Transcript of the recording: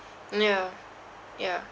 mm ya ya